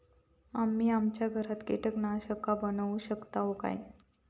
आम्ही आमच्या घरात कीटकनाशका बनवू शकताव काय?